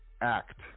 act